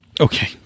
Okay